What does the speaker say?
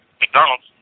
McDonald's